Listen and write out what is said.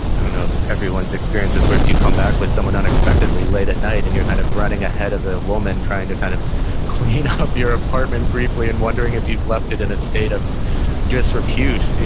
i don't know if everyone's experiences, where if you come back with someone unexpectedly late at night and you're kind of running ahead of the woman trying to kind of clean up your apartment briefly and wondering if you've left it in a state of disrepute,